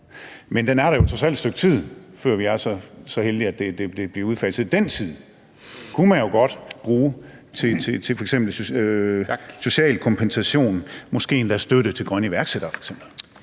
Men det er der jo trods alt i et stykke tid, før vi er så heldige, at det bliver udfaset. Den tid kunne man jo godt bruge til f.eks. social kompensation, måske endda støtte til grønne iværksættere. Kl.